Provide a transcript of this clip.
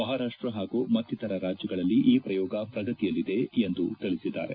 ಮಹಾರಾಷ್ಷ ಹಾಗೂ ಮತ್ತಿತರ ರಾಜ್ಲಗಳಲ್ಲಿ ಈ ಪ್ರಯೋಗ ಪ್ರಗತಿಯಲ್ಲಿದೆ ಎಂದು ತಿಳಿಸಿದ್ಗಾರೆ